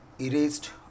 erased